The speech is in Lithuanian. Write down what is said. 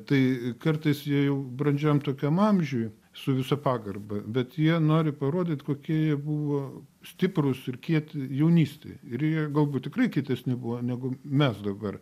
tai kartais jie jau brandžiam tokiam amžiuj su visa pagarba bet jie nori parodyt kokie buvo stiprūs ir kieti jaunystėj ir jie galbūt tikrai kietesni buvo negu mes dabar